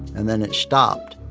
and then it stopped.